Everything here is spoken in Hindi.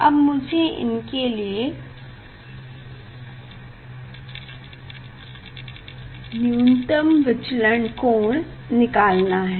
अब मुझे इनके लिए न्यूनतम विचलन कोण निकालना है